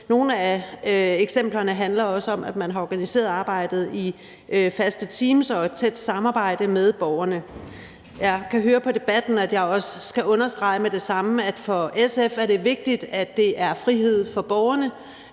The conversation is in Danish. Nogle af eksemplerne handler også om, at man har organiseret arbejdet i faste teams og i et tæt samarbejde med borgerne. Jeg kan høre på debatten, at jeg også skal understrege med det samme, at for SF er det vigtigt, at det handler om frihed for borgerne,